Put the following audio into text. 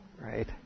right